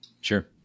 Sure